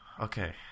Okay